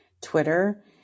Twitter